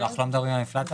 לא מדובר על אינפלציה.